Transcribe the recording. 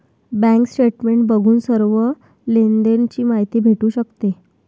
bank statement बघून सर्व लेनदेण ची माहिती भेटू शकते